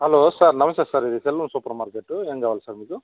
hello sir నమస్తే sir ఇది Selvam super market ఏం కావాలి సార్ మీకు